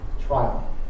trial